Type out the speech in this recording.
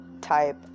type